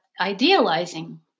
idealizing